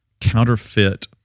counterfeit